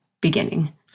beginning